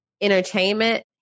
entertainment